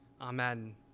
Amen